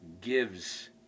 gives